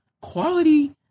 quality